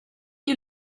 you